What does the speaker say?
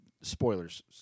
spoilers